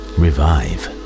revive